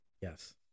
Yes